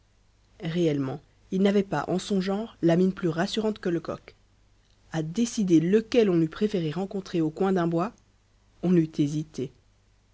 réellement il n'avait pas en son genre la mine plus rassurante que lecoq à décider lequel on eût préféré rencontrer au coin d'un bois on eût